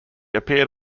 appeared